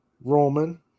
Roman